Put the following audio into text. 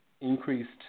increased